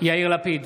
יאיר לפיד,